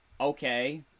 okay